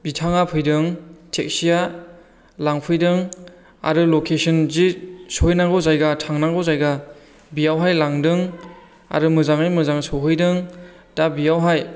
बिथाङा फैदों टेक्सिया लांफैदों आरो लकेसन जि सहैनांगौ जायगा थांनांगौ जायगा बियावहाय लांदों आरो मोजाङै मोजां सहैदों दा बियावहाय